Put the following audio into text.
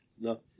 No